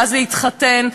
ואז להתחתן,